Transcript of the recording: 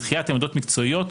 בדחיית עמדות מקצועיות,